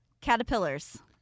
caterpillars